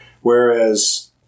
Whereas